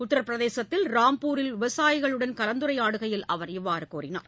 உத்தரபிரதேசத்தில் ராம்பூரில் விவசாயிகளுடன் கலந்துரையாடுகையில் அவர் இவ்வாறுகூறினார்